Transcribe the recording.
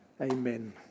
Amen